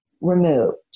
removed